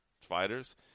fighters